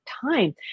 time